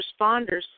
responders